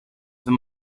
wenn